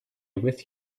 with